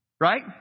right